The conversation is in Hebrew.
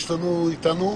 אורי,